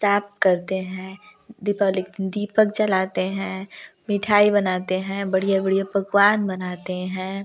साफ करते हैं दीपावली के दीपक जलाते हैं मिठाई बनाते हैं बढ़िया बढ़िया पकवान बनाते हैं